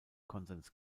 konsens